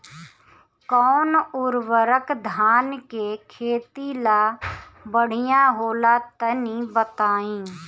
कौन उर्वरक धान के खेती ला बढ़िया होला तनी बताई?